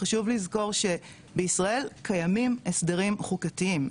חשוב לזכור שבישראל קיימים הסדרים חוקתיים,